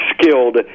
skilled